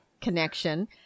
connection